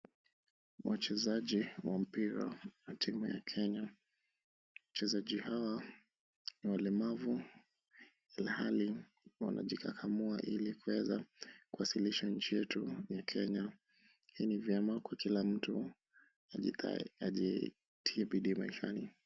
Wachezaji wa mpira wa timu ya Kenya. Wachezaji hawa ni walemavu, ilhali wanajikakamua ili kuweza kuwasilisha nchi yetu ya Kenya. Hii ni vyema kwa kila mtu ajitie bidii maishani.